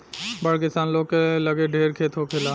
बड़ किसान लोग के लगे ढेर खेत होखेला